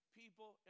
people